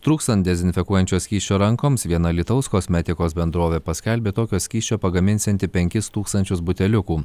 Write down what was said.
trūkstant dezinfekuojančio skysčio rankoms viena alytaus kosmetikos bendrovė paskelbė tokio skysčio pagaminsianti penkis tūkstančius buteliukų